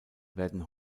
werden